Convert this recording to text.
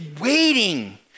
waiting